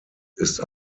ist